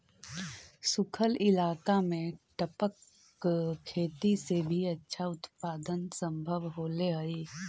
सूखल इलाका में टपक खेती से भी अच्छा उत्पादन सम्भव होले हइ